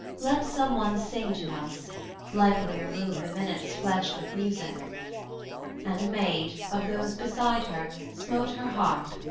let some one sing to us lightlier move the minutes fledged with music and a maid, of those beside her, smote her harp,